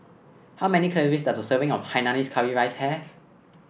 how many calories does a serving of Hainanese Curry Rice have